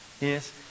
yes